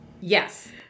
Yes